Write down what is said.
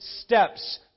steps